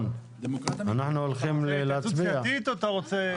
אנחנו הולכים להצביע.